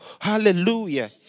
Hallelujah